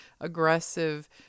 aggressive